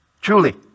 Truly